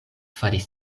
faris